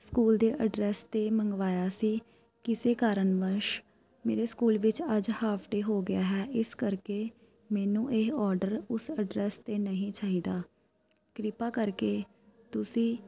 school ਦੇ address 'ਤੇ ਮੰਗਵਾਇਆ ਸੀ ਕਿਸੇ ਕਾਰਨ ਵੱਸ ਮੇਰੇ ਸਕੂਲ ਵਿੱਚ ਅੱਜ ਹਾਫ ਡੇ ਹੋ ਗਿਆ ਹੈ ਇਸ ਕਰਕੇ ਮੈਨੂੰ ਇਹ ਔਡਰ ਉਸ ਐਡਰੈਸ 'ਤੇ ਨਹੀਂ ਚਾਹੀਦਾ ਕਿਰਪਾ ਕਰਕੇ ਤੁਸੀਂ